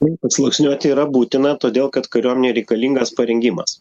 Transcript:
taip atsluoksniuot yra būtina todėl kad kariuomenei reikalingas parengimas